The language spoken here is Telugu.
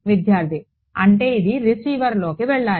విద్యార్థి అంటే ఇది రిసీవర్లోకి వెళ్లాలి